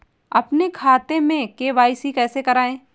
अपने खाते में के.वाई.सी कैसे कराएँ?